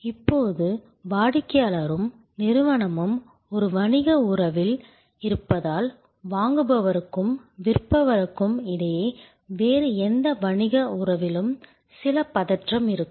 இப்போது வாடிக்கையாளரும் நிறுவனமும் ஒரு வணிக உறவில் இருப்பதால் வாங்குபவருக்கும் விற்பவருக்கும் இடையே வேறு எந்த வணிக உறவிலும் சில பதற்றம் இருக்கும்